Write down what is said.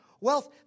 wealth